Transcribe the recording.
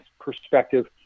perspective